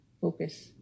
focus